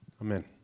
Amen